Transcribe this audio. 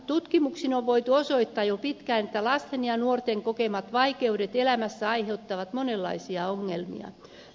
tutkimuksin on voitu osoittaa jo pitkään että lasten ja nuorten kokemat vaikeudet elämässä aiheuttavat monenlaisia ongelmia